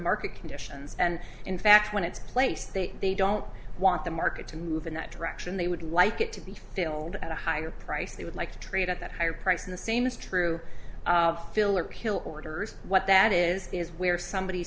market conditions and in fact when it's place they they don't want the market to move in that direction they would like it to be filled at a higher price they would like to trade at that higher price and the same is true of filler kill orders what that is is where somebody